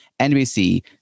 NBC